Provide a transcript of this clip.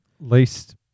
Least